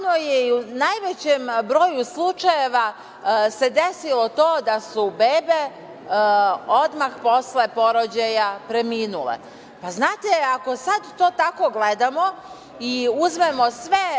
u najvećem broju slučajeva desilo to da su bebe odmah posle porođaja preminule. Pa, znate, ako tako sad to gledamo i uzmemo sve